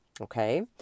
Okay